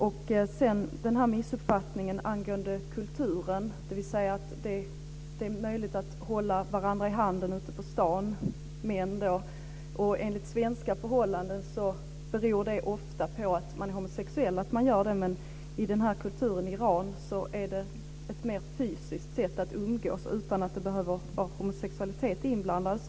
Det finns en missuppfattning angående kulturen, dvs. att det är möjligt för män att hålla varandra i handen ute på stan. Enligt svenska förhållanden beror det ofta på att man är homosexuell att man gör det, men i kulturen i Iran är det ett mer fysiskt sätt att umgås utan att det behöver vara homosexualitet inblandad.